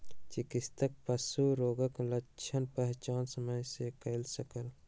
चिकित्सक पशु रोगक लक्षणक पहचान समय सॅ कय सकल